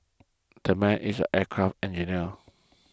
that man is an aircraft engineer